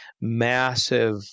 massive